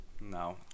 No